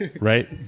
Right